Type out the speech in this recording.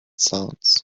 sounds